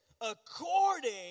according